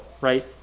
Right